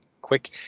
quick